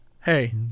Hey